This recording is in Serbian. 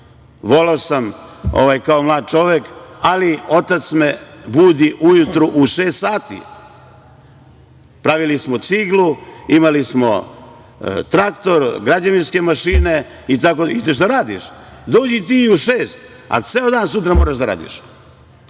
Voleo sam, kao mlad čovek, ali otac me budi ujutru u šest sati. Pravili smo ciglu, imali smo traktor, građevinske mašine i ideš da radiš. Dođi ti i u šest, a ceo dan sutra moraš da radiš